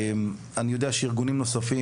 אני יודע שגם לארגונים נוספים,